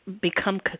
become